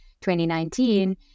2019